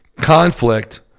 conflict